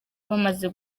bamaze